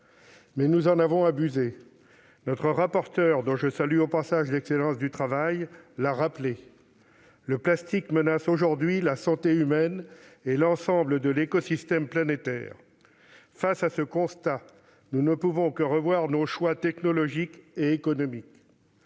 Mais nous en avons abusé. Notre rapporteure, dont je salue l'excellent travail, l'a rappelé : le plastique menace aujourd'hui la santé humaine et l'ensemble de l'écosystème planétaire. Face à ce constat, nous ne pouvons que revoir nos choix technologiques et économiques.